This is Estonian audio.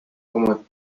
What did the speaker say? oma